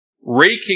raking